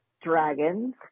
dragons